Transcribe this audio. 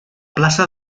plaça